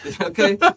Okay